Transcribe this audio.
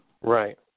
Right